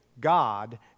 God